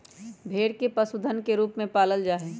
भेड़ के पशुधन के रूप में पालल जा हई